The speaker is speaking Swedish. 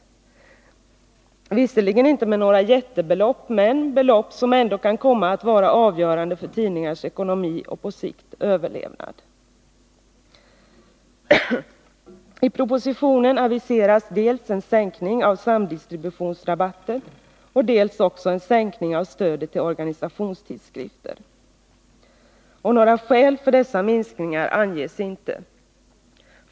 Det är visserligen inte fråga om några jättebelopp, men belopp som ändå kan komma att vara avgörande för tidningars ekonomi och, på sikt, överlevnad. I propositionen aviseras dels en sänkning av samdistributionsrabatten, dels en sänkning av stödet till organisationstidskrifter. Några skäl för dessa minskningar anges inte.